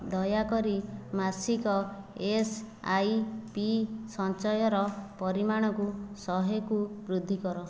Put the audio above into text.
ଦୟାକରି ମାସିକ S I P ସଞ୍ଚୟର ପରିମାଣକୁ ଶହେକୁ ବୃଦ୍ଧି କର